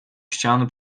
ścian